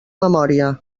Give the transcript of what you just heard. memòria